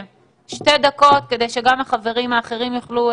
------ יש כל כך הרבה פתרונות אצל האנשים הללו.